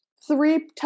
three